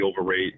overrate